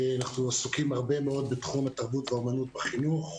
אנחנו עסוקים הרבה מאוד בתחום התרבות והאומנות חינוך,